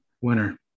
winner